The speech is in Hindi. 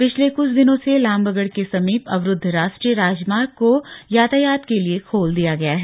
पिछले कुछ दिनों से लामबगड़ के समीप अवरूद्व राष्ट्रीय राजमार्ग को यातायात के लिए खोल दिया गया है